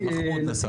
מחמוד נאסר,